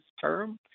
term